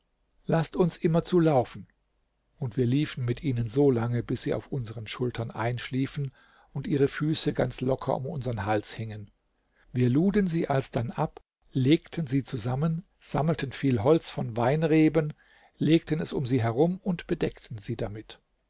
laßt uns immerzu laufen und wir liefen mit ihnen so lange bis sie auf unsern schultern einschliefen und ihre füße ganz locker um unsern hals hingen wir luden sie alsdann ab legten sie zusammen sammelten viel holz von weinreben legten es um sie herum und bedeckten sie damit